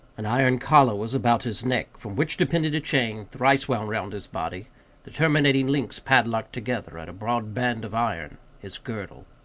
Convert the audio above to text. an iron collar was about his neck, from which depended a chain, thrice wound round his body the terminating links padlocked together at a broad band of iron, his girdle.